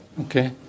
Okay